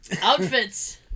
outfits